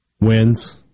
Wins